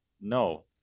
No